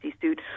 suit